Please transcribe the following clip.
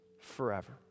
forever